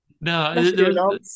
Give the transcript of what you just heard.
No